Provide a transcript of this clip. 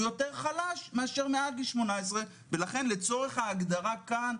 יותר חלש מאשר מעל גיל 18. ולכן לצורך ההגדרה כאן,